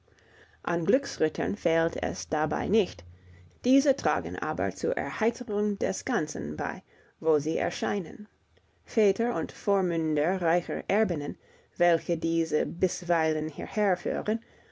an glücksrittern fehlt es dabei nicht diese tragen aber zur erheiterung des ganzen bei wo sie erscheinen väter und vormünder reicher erbinnen welche diese bisweilen hierher führen